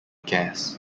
gas